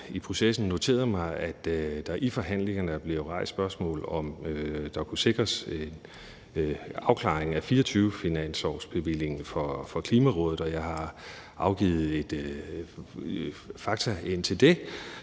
i processen også noteret mig, at der i forhandlingerne bliver rejst spørgsmål om, om der kunne sikres en afklaring af 2024-finanslovsbevillingen for Klimarådet, og jeg har afgivet fakta om det.